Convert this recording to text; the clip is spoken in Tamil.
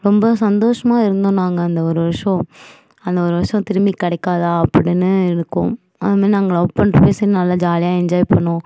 ரொம்ப சந்தோஷமாக இருந்தோம் நாங்கள் அந்த ஒரு வருஷம் அந்த ஒரு வருஷம் திரும்பி கிடைக்காதா அப்படின்னு இருக்கும் அதை மாரி நாங்கள் லவ் பண்ணுறப்பையும் சரி நாங்கள் ஜாலியாக என்ஜாய் பண்ணுவோம்